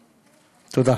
תודה.